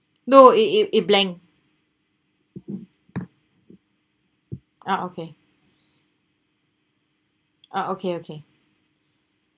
no it it it blank ah okay ah okay okay